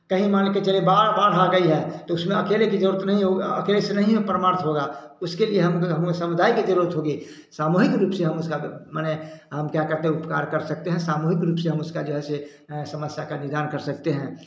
कहीं मान के चलिए बाढ़ बाढ आ गई है उसमें अकेले की जरुरत नहीं हो अकेले से नहीं वो परमार्थ होगा उसके लिए हम समुदाय की जरुरत होगी सामूहिक रूप से हम उसका मने हम क्या करते उपकार कर सकते हैं सामूहिक रूप से हम उसका जो है से समस्या का निदान कर सकते हैं